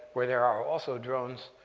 where there are also drones,